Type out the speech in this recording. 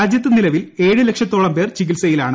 രാജ്യത്ത് നിലവിൽ ഏഴ് ലക്ഷത്തോളം പേർ ചികിത്സയിലാണ്